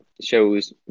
shows